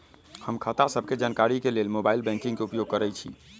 हम खता सभके जानकारी के लेल मोबाइल बैंकिंग के उपयोग करइछी